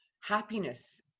happiness